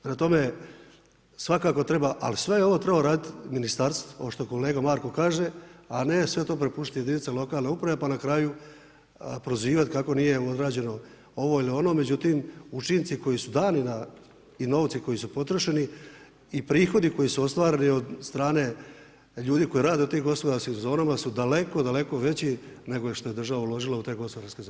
Prema tome, svakako treba, ali sve je ovo trebalo uraditi ministarstvo, ovo što kolega Marko kaže, a ne sve to prepustiti jedinicama lokalne uprave pa na kraju prozivati kako nije odrađeno ovo ili ono, međutim, učinci koji su dani i novci koji su potrošeni, i prihodi koji su ostvareni od strane od ljudi koji rade u tim gospodarskim zonama su daleko, daleko veći nego što je država uložila u te gospodarske zone.